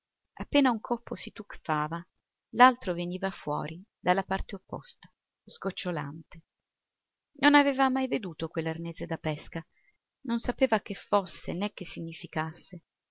appena un coppo si tuffava l'altro veniva fuori dalla parte opposta sgocciolante non aveva mai veduto quell'arnese da pesca non sapeva che fosse né che significasse